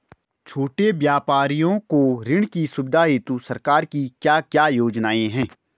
छोटे व्यापारियों को ऋण की सुविधा हेतु सरकार की क्या क्या योजनाएँ हैं?